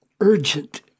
urgent